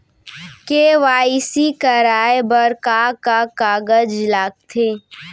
KYC कराये बर का का कागज लागथे?